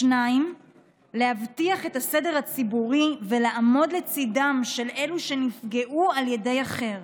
2. להבטיח את הסדר הציבורי ולעמוד לצידם של אלה שנפגעו על ידי אחר,